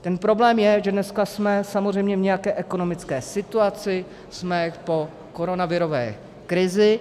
Ten problém je, že dneska jsme samozřejmě v nějaké ekonomické situaci, jsme po koronavirové krizi.